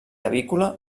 avícola